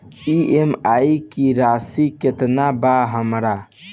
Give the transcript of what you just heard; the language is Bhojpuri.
ई.एम.आई की राशि केतना बा हमर?